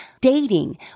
dating